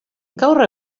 gaur